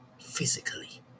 physically